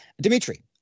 Dimitri